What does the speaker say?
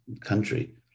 country